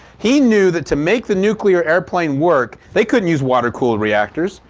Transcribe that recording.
he knew that to make the nuclear airplane work they couldn't use water cooled reactors.